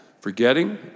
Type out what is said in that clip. Forgetting